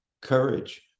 courage